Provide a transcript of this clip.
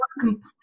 completely